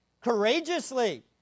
courageously